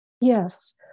Yes